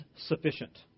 sufficient